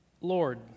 Lord